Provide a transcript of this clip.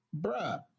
Bruh